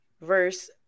verse